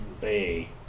bay